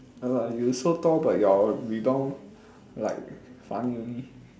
ya lah you so tall but your rebound like funny only